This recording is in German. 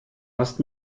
hast